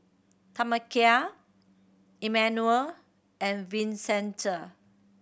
Tamekia Emanuel and Vincenza